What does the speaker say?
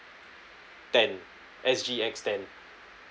ten S G X ten